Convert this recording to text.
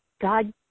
God